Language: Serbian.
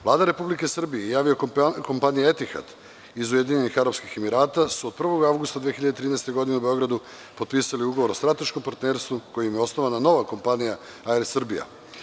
Vlada Republike Srbije i avio-kompanija „Etihad“ iz Ujedinjenih Arapskih Emirata su od 1. avgusta 2013. godine u Beogradu, potpisali ugovor o strateškom partnerstvu kojim je osnovana nova kompanija „AER Srbija“